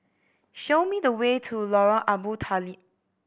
show me the way to Lorong Abu Talib